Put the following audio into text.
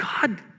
God